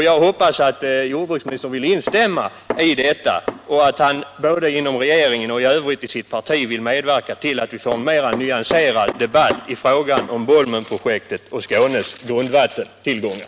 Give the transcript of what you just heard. Jag hoppas också att jordbruksministern både inom regeringen och inom sitt parti vill medverka till att vi får en mer nyanserad debatt i frågan om Bolmenprojektet och Skånes grundvattentillgångar.